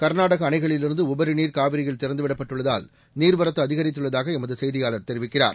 கர்நாடக அணைகளிலிருந்து உபரிநீர் காவிரியில் திறந்துவிடப்பட்டுள்ளதால் நீர்வரத்து அதிகரித்துள்ளதாக எமது செய்தியாளர் தெரிவிக்கிறார்